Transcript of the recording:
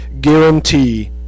guarantee